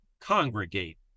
congregate